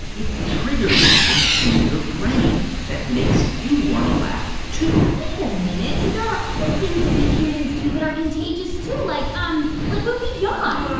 it triggers something in your brain that makes you want to laugh, too wait a minute. so there are other things that we humans do that are contagious, too, like um like when we yawn